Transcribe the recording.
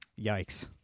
Yikes